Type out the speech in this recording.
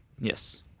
Yes